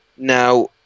Now